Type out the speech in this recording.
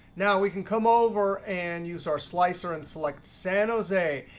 now we can come over and use our slicer and select san jose.